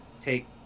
take